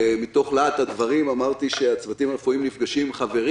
מתוך להט הדברים אמרתי שהצוותים הרפואיים נפגשים עם חברים.